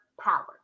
power